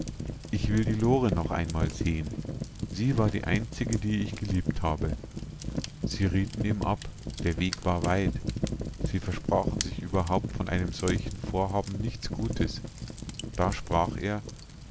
ich will die lore noch einmal sehen sie war die einzige die ich geliebt habe sie rieten ihm ab der weg war weit sie versprachen sich überhaupt von einem solchen vorhaben nichts gutes da sprach er